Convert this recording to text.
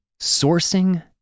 sourcing